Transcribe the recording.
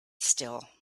still